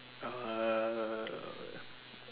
uh